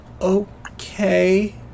okay